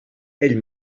ell